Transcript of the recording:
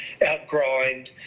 outgrind